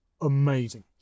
amazing